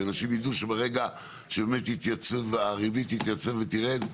שאנשים יידעו שברגע שבאמת הריבית תתייצב ותרד,